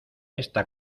esta